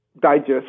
digest